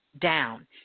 down